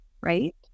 Right